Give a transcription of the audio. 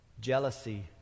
jealousy